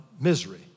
misery